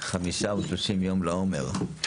חמישה ושלושים יום לעומר.